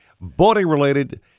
boating-related